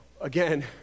Again